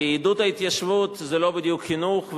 כי עידוד ההתיישבות זה לא בדיוק חינוך,